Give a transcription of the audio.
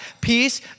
peace